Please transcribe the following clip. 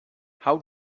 how